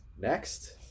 next